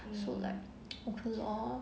so like okay lor